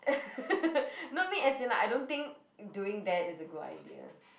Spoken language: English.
no I mean as in like I don't think doing that is a good idea